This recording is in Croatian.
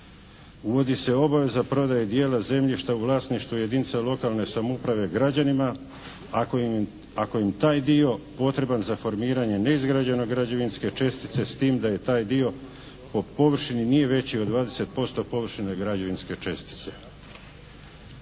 Uvodi se obaveza prodaje dijela zemljišta u vlasništvu jedinica lokalne samouprave građanima ako im taj dio potreban za formiranje neizgrađene građevinske čestice, s tim da je taj dio po površini nije veći od 20% površine građevinske čestice.